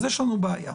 אחרת יש לנו בעיה.